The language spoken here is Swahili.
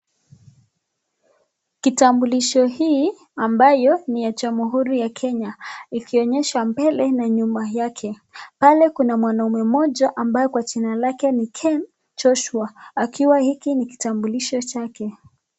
Kitambulisho hiki ambacho ni cha jamhuri ya Kenya kikionyeshwa mbele na nyuma yake. Pale kuna mwanaume mmoja ambaye kwa jina lake ni Ken Joshua akiwa hiki ni kitambulisho chake.